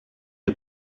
est